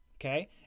Okay